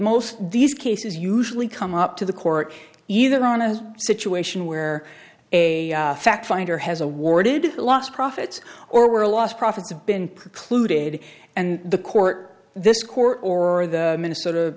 most these cases usually come up to the court either on a situation where a fact finder has awarded lost profits or were lost profits have been precluded and the court this court or the minnesota